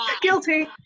Guilty